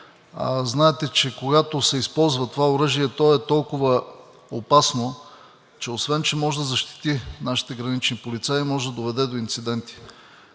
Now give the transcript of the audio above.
Знаете, че когато се използва това оръжие, то е толкова опасно, че освен че може да защити нашите гранични полицаи, може да доведе до инциденти.